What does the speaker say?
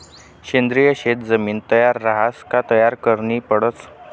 सेंद्रिय शेत जमीन तयार रहास का तयार करनी पडस